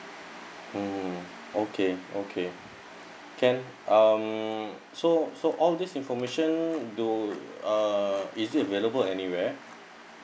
mm okay okay can um so so all this information do uh is it available anywhere